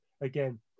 again